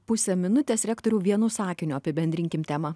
pusė minutės rektoriau vienu sakiniu apibendrinkim temą